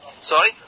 sorry